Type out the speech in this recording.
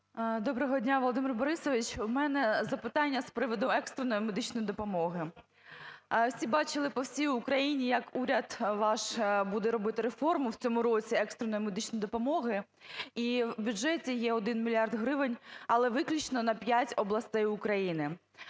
Доброго дня, Володимир Борисович. В мене запитання з приводу екстреної медичної допомоги. Всі бачили по всій Україні, як уряд ваш буде робити реформу в цьому році екстреної медичної допомоги, і в бюджеті є 1 мільярд гривень, але виключно на п'ять областей України.